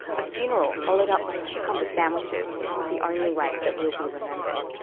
a funeral followed up by cucumber sandwiches isn't the only way that we'll be remembered,